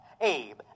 Abe